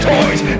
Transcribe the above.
Toys